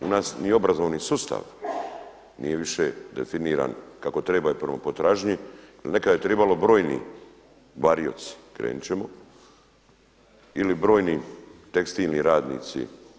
U nas ni obrazovni sustav nije više definiran kako treba i prema potražnji i nekad je trebalo brojni varioci krenut ćemo ili brojni tekstilni radnici.